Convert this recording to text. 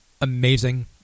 amazing